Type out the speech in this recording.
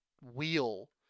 wheel